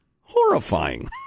horrifying